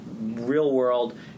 real-world